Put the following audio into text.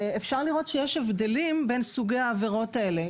אפשר לראות שיש הבדלים בין סוגי העברות האלו.